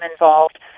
involved